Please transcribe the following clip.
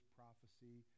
prophecy